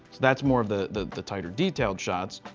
that's more of the the tighter detailed shots.